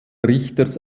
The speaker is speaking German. richters